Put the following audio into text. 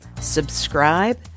subscribe